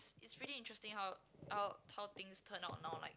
it's really interesting how how how things turn out now like